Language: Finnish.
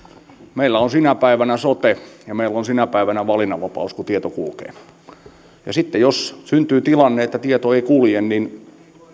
meillä on sinä päivänä sote ja meillä on sinä päivänä valinnanvapaus kun tieto kulkee ja jos syntyy tilanne että tieto ei kulje niin